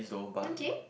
okay